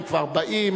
הם כבר באים,